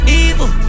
evil